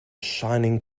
shining